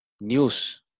news